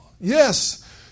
Yes